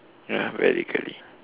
ya very curly